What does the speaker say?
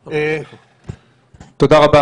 בריטניה,